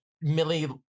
Millie